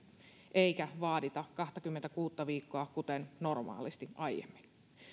eikä vaadita kahtakymmentäkuutta viikkoa kuten normaalisti aiemmin